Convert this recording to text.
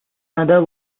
other